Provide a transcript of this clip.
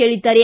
ಹೇಳಿದ್ದಾರೆ